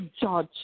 judge